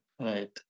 right